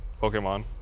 Pokemon